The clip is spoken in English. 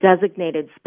Designated